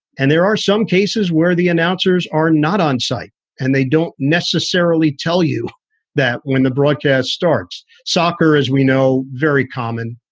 and there are some cases where the announcers are not onsite and they don't necessarily tell you that when the broadcast starts soccer, as we know, very common.